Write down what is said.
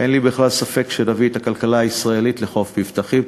אין לי בכלל ספק שנביא את הכלכלה הישראלית לחוף מבטחים.